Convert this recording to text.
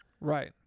Right